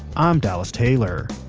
um dallas taylor.